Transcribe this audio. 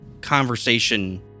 conversation